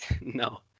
No